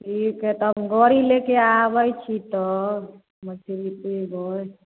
ठीक है तऽ अपन घरही लेके आबै छी सर मछली तौल देबै